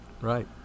right